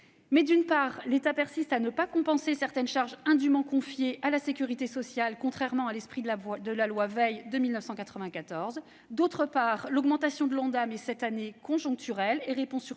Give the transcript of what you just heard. d'une part, l'État persiste à ne pas compenser certaines charges indûment confiées à la sécurité sociale, contrairement à l'esprit de la loi Veil de 1994. D'autre part, l'augmentation de l'Ondam est cette année conjoncturelle, et vise